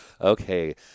Okay